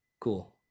Cool